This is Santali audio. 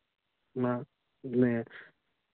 ᱚᱱᱟ ᱜᱮ